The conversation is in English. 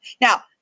Now